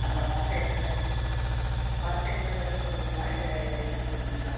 ஆமாம் பரிட்சை எழுதின பிறகு பரிட்சை எழுதின பிறகு சொல்லுவீங்களா இல்லை இப்போயே சொல்லுவீங்களா